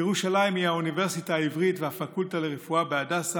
ירושלים היא האוניברסיטה העברית והפקולטה לרפואה בהדסה,